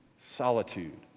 solitude